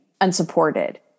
unsupported